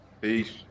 peace